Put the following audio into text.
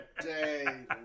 day